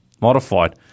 Modified